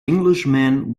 englishman